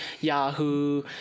Yahoo